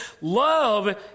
love